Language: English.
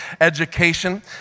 education